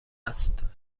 است